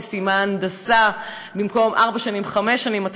היא סיימה הנדסה אחרי חמש שנים במקום אחרי ארבע שנים.